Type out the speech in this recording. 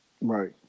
Right